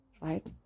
Right